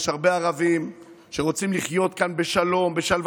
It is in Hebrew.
יש הרבה ערבים שרוצים לחיות כאן בשלום ובשלווה.